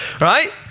right